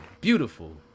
Beautiful